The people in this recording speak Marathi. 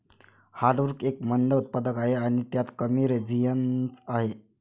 हार्टवुड एक मंद उत्पादक आहे आणि त्यात कमी रेझिनस आहे